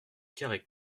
carrey